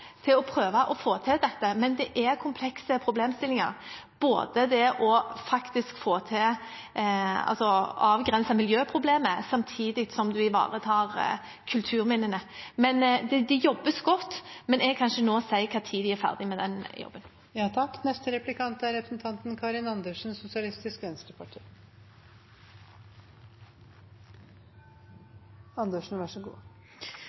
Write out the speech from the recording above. komplekse problemstillinger – både å avgrense miljøproblemet samtidig som man ivaretar kulturminnene. Det jobbes godt, men jeg kan ikke nå si når de er ferdig med den jobben. I denne saken tror jeg det er